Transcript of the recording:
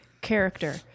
character